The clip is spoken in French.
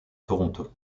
toronto